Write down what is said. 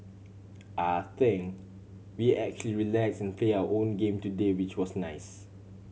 I think we actually relax and play our own game today which was nice